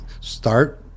start